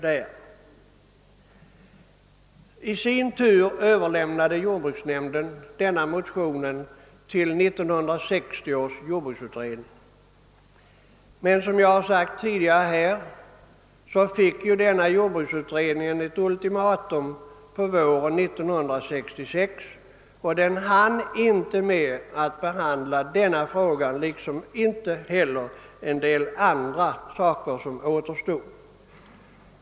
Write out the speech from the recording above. Jordbruksnämnden överlämnade i sin tur motionen till 1960 års jordbruksutredning, men som jag sagt tidigare fick jordbruksutredningen ett ultimatum på våren 1966, och den hann inte med att behandla den här frågan liksom inte heller vissa andra återstående frågor.